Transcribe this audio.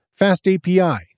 FastAPI